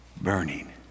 burning